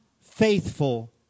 faithful